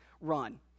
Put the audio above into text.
run